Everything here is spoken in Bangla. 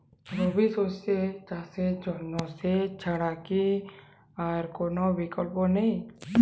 রবি শস্য চাষের জন্য সেচ ছাড়া কি আর কোন বিকল্প নেই?